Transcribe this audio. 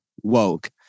woke